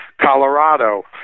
Colorado